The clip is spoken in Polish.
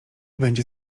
będzie